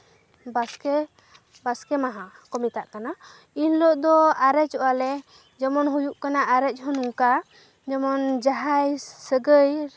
ᱵᱟᱥᱠᱮ ᱵᱟᱥᱠᱮ ᱢᱟᱦᱟ ᱠᱚ ᱢᱮᱛᱟᱜ ᱠᱟᱱᱟ ᱤᱱ ᱦᱤᱞᱟᱹᱜ ᱫᱚ ᱟᱨᱮᱪᱚᱜᱼᱟ ᱞᱮ ᱡᱮᱢᱚᱱ ᱦᱩᱭᱩᱜ ᱠᱟᱱᱟ ᱟᱨᱮᱪ ᱦᱚᱸ ᱱᱚᱝᱠᱟ ᱡᱮᱢᱚᱱ ᱡᱟᱦᱟᱸᱭ ᱥᱟᱹᱜᱟᱹᱭ